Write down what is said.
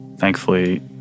Thankfully